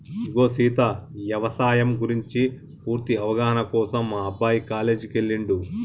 ఇగో సీత యవసాయం గురించి పూర్తి అవగాహన కోసం మా అబ్బాయి కాలేజీకి ఎల్లిండు